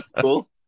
cool